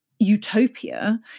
Utopia